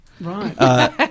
Right